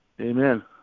Amen